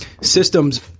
systems –